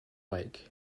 bike